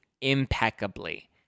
impeccably